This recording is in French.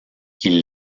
qui